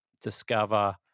discover